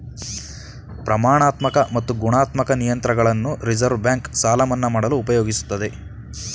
ಪ್ರಮಾಣಾತ್ಮಕ ಮತ್ತು ಗುಣಾತ್ಮಕ ನಿಯಂತ್ರಣಗಳನ್ನು ರಿವರ್ಸ್ ಬ್ಯಾಂಕ್ ಸಾಲ ಮನ್ನಾ ಮಾಡಲು ಉಪಯೋಗಿಸುತ್ತದೆ